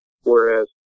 Whereas